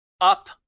up